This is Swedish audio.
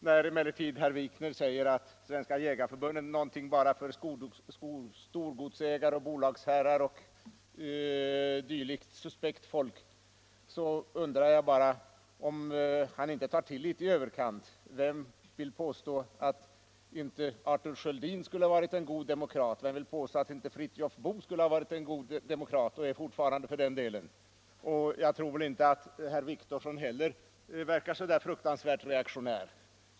När herr Wikner säger att Svenska jägareförbundet är någonting bara för storgodsägare, bolagsherrar och dylikt suspekt folk, undrar jag bara om han inte tar till litet i överkant. Vem vill påstå att Arthur Sköldin inte skulle ha varit en god demokrat? Vem vill påstå att inte Fritiof Boo skulle ha varit en god demokrat, och fortfarande är för den delen? Inte herr Wictorsson heller verkar så fruktansvärt reaktionär.